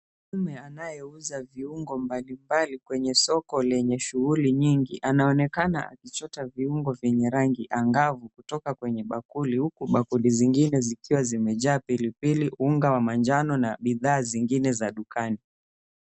Mtu anayeuza vuingo mbalimbali kwenye soko lenye shughuli nyingi, anaonekana akichota viungo vyenye rangi angavu kutoka kwenye bakuli, huku bakuli zingine zikiwa zimejaa, pilipili, unga wa manjano na bidhaa zingine za dukani.